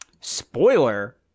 spoiler